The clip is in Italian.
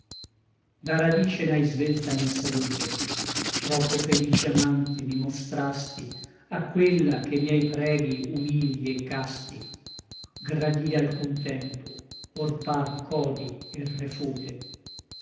da radice n'ài svelta mia salute troppo felice amante mi mostrasti a quella che miei preghi humili et casti gradí alcun tempo or par ch'odi et refute